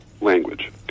language